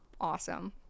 awesome